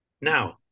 Now